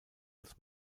als